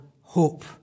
hope